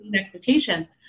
expectations